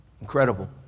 Incredible